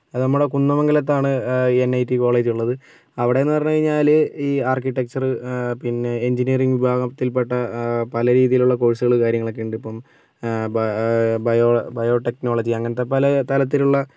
അത് നമ്മളുടെ കുന്നമംഗലത്താണ് എൻ ഐ ടി കോളേജുള്ളത് അവിടെ എന്ന് പറഞ്ഞുകഴിഞ്ഞാല് ഇ ആർട്ടി ടെക്സ്ചർ പിന്നെ എഞ്ചിനീയറിങ് വിഭാഗത്തിൽപ്പെട്ട പലരീതിയിലുള്ള കോഴ്സുകൾ കാര്യങ്ങളുണ്ട് ഇപ്പം ആ ബയോ ബയോടെക്നോളജി അങ്ങനെത്തെ പലതരത്തിലുള്ള